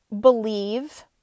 believe